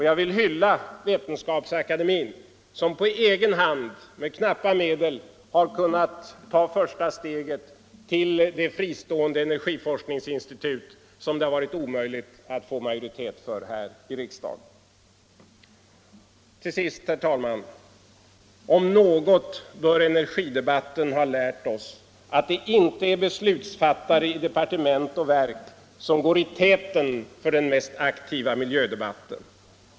Jag vill hylla Vetenskapsakademien, som på egen hand och med knappa medel har kunnat ta första steget till det fristående energiforskningsinstitut som det varit omöjligt att få majoritet för här i riksdagen. Till sist, herr talman! Om något bör energidebatten ha lärt oss att det inte är beslutsfattare i departement och verk som går i täten för den mest aktiva miljödebatten.